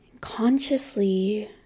Consciously